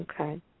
Okay